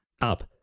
up